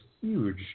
huge